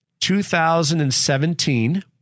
2017